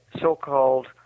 so-called